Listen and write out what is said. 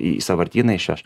į sąvartyną išveš